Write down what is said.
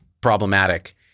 problematic